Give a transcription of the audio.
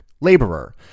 laborer